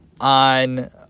On